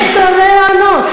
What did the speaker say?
חבר הכנסת לוי, אתה תכף תעלה לענות.